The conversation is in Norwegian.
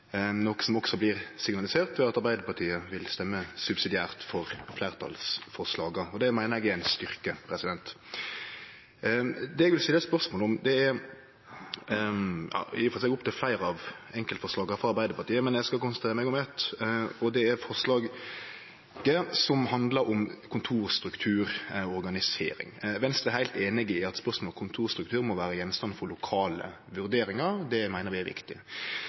noko som også blir signalisert ved at Arbeidarpartiet vil stemme subsidiært for fleirtalsforslaga. Det meiner eg er ein styrke. Eg ville i og for seg stille spørsmål om opptil fleire av enkeltforslaga frå Arbeidarpartiet, men eg skal konsentrere meg om eitt, og det er forslaget som handlar om kontorstruktur/organisering. Venstre er heilt einig i at spørsmålet om kontorstruktur må vere gjenstand for lokale vurderingar. Det meiner vi er